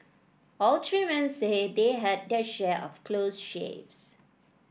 all three men say they had their share of close shaves